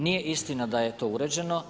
Nije istina da je to uređeno.